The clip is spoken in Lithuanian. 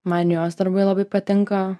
man jos darbai labai patinka